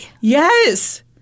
Yes